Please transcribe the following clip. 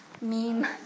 meme